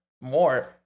More